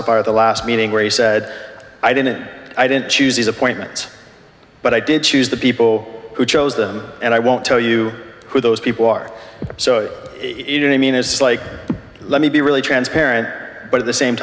fire the last meeting where he said i didn't i didn't choose these appointments but i did choose the people who chose them and i won't tell you who those people are so it and i mean it's like let me be really transparent but at the same